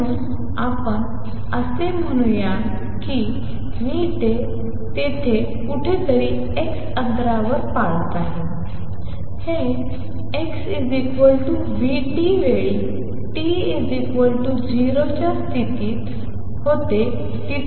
म्हणून आपण असे म्हणूया की मी ते येथे कुठेतरी x अंतरावर पाळत आहे हे x vt वेळी t 0 च्या स्थितीत होते तितकेच होईल